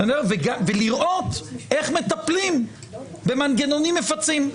ולראות איך מטפלים במנגנונים מפצים.